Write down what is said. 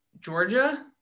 georgia